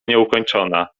nieukończona